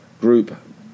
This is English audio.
group